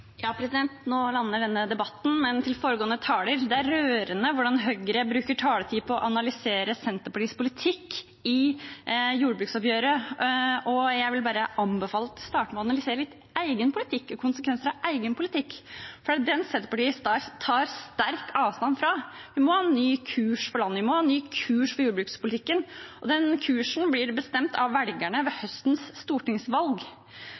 Nå lander denne debatten, men til foregående taler: Det er rørende hvordan Høyre bruker taletid på å analysere Senterpartiets politikk i jordbruksoppgjøret, og jeg vil bare anbefale at en starter med å analysere konsekvensene av egen politikk, for det er jo den Senterpartiet tar sterkt avstand fra. Vi må ha en ny kurs for landet, vi må ha en ny kurs for jordbrukspolitikken, og den kursen blir bestemt av velgerne ved høstens stortingsvalg.